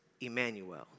Emmanuel